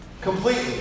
completely